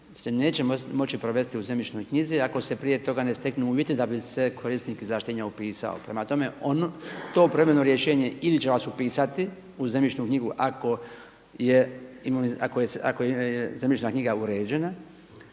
se neće moći provesti u zemljišnoj knjizi ako se prije toga ne steknu uvjeti da bi se korisnik izvlaštenja upisao. Prema tome, to privremeno rješenje ili će vas upisati u zemljišnu knjigu ako je zemljišna knjiga uređena